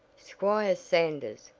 squire sanders!